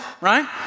right